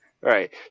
Right